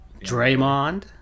Draymond